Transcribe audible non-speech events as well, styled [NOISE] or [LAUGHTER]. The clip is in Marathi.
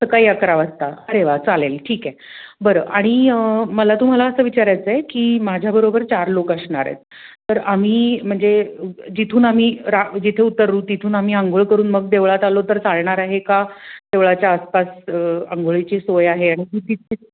सकाळी अकरा वाजता अरे वा चालेल ठीक आहे बरं आणि मला तुम्हाला असं विचारायचं आहे की माझ्याबरोबर चार लोक असणार आहेत तर आम्ही म्हणजे जिथून आम्ही रा जिथे उतरू तिथून आम्ही आंघोळ करून मग देवळात आलो तर चालणार आहे का देवळाच्या आसपास आंघोळीची सोय आहे आणि [UNINTELLIGIBLE]